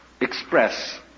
express